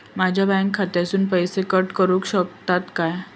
माझ्या बँक खात्यासून पैसे कट करुक शकतात काय?